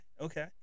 okay